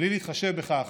בלי להתחשב בכך